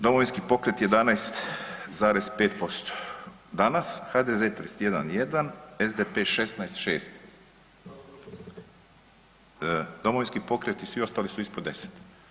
Domovinski pokret 11,5%, danas HDZ 31,1, SDP 16,6, Domovinski pokret i svi ostali su ispod 10.